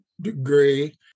degree